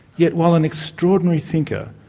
yet while an extraordinary thinker,